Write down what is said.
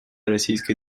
российской